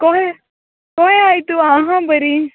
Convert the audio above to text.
कोहें कोहें आहांय तूं आहांय बोरीं